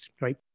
right